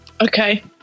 Okay